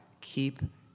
keep